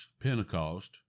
Pentecost